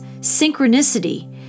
synchronicity